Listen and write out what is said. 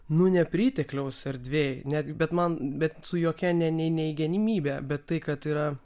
nu nepritekliaus erdvėj net bet man bet su jokia ne ne neigiamybe bet tai kad yra